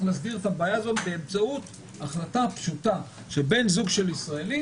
להסדיר את הבעיה הזאת באמצעות החלטה פשוטה שבן זוג של ישראלי,